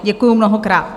Děkuju mnohokrát.